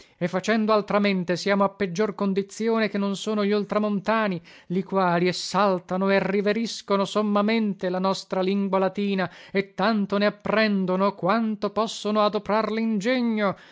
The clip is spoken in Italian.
e facendo altramente siamo a peggior condizione che non sono gli oltramontani li quali essaltano e riveriscono sommamente la nostra lingua latina e tanto ne apprendono quanto possono adoprar lingegno